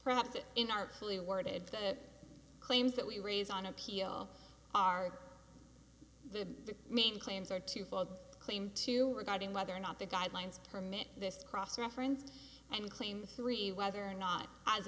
perhaps it in artfully worded the claims that we raise on appeal are the main claims or to both claim to regarding whether or not the guidelines permit this cross referenced and clean three whether or not as